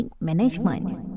Management